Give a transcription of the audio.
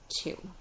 two